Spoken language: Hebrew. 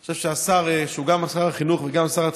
אני חושב שהשר, שהוא גם שר החינוך וגם שר התפוצות,